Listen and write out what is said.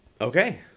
Okay